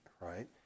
right